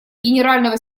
генерального